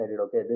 okay